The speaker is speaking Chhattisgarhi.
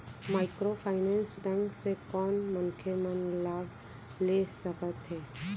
माइक्रोफाइनेंस बैंक से कोन मनखे मन लाभ ले सकथे?